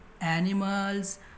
animals